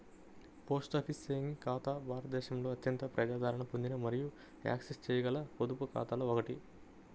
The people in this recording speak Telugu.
పోస్ట్ ఆఫీస్ సేవింగ్స్ ఖాతా భారతదేశంలో అత్యంత ప్రజాదరణ పొందిన మరియు యాక్సెస్ చేయగల పొదుపు ఖాతాలలో ఒకటి